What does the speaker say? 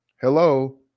hello